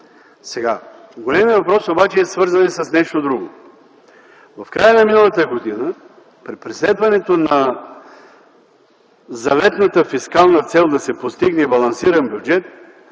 начин. Големият въпрос обаче е свързан и с нещо друго. В края на миналата година при преследването на заветната фискална цел да се постигне балансиран бюджет